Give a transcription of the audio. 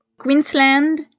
Queensland